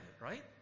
right